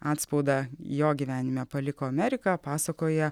atspaudą jo gyvenime paliko amerika pasakoja